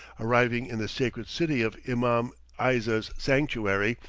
arriving in the sacred city of imam eiza's sanctuary,